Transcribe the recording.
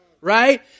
right